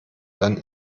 dann